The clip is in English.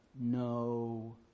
no